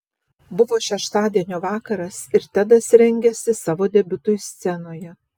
buvo šeštadienio vakaras ir tedas rengėsi savo debiutui scenoje